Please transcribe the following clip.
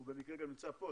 הוא במקרה גם נמצא פה,